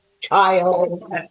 child